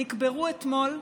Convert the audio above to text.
נקברו אתמול,